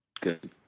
Good